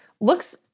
looks